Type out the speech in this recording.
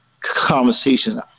conversations